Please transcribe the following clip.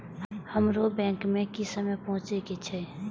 हमरो बैंक में की समय पहुँचे के छै?